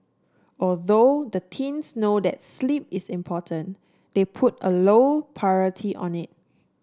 although the teens know that sleep is important they put a low priority on it